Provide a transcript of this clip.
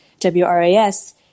WRAS